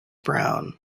brown